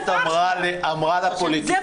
הפקידות אמרה לפוליטיקאים,